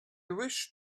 wish